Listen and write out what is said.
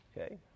Okay